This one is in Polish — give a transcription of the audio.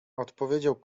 odpowiedział